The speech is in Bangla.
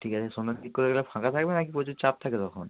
ঠিক আছে সন্ধ্যার দিক করে গেলে ফাঁকা থাকবে নাকি প্রচুর চাপ থাকে তখন